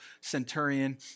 centurion